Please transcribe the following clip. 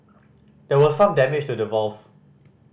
there was some damage to the valve